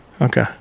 Okay